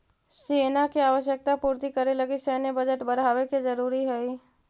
सेना के आवश्यकता पूर्ति करे लगी सैन्य बजट बढ़ावे के जरूरी हई